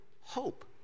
hope